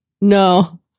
No